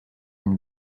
une